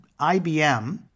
IBM